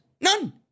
None